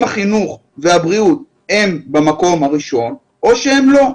החינוך והבריאות הם במקום הראשון או שהם לא?